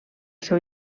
seu